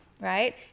right